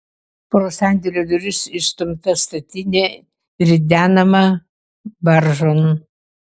pro sandėlio duris išstumta statinė ridenama baržon